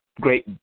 great